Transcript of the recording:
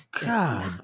god